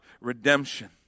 redemption